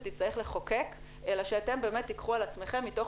תצטרך לחוקק אלא שאתם באמת תקחו על עצמכם מתוך